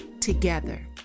together